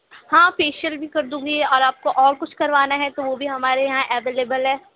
ہاں فیشیل بھی کر دوں گی اور آپ کو اور کچھ کروانا ہے تو وہ بھی ہمارے یہاں اویلیبل ہے